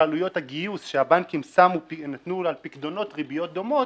עלויות הגיוס שהבנקים שמו-נתנו על פיקדונות ריביות דומות,